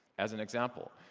as an example,